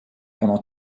pendant